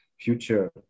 future